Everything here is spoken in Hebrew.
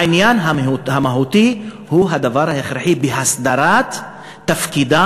העניין המהותי הוא הדבר ההכרחי בהסדרת תפקידם